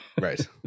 Right